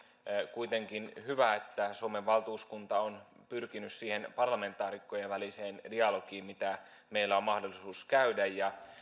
kuitenkin hyvä että suomen valtuuskunta on pyrkinyt siihen parlamentaarikkojen väliseen dialogiin mitä meillä on mahdollisuus käydä